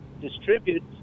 distribute